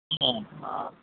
ആ ആ